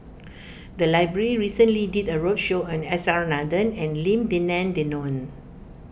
the library recently did a roadshow on S R Nathan and Lim Denan Denon